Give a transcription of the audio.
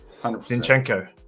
Zinchenko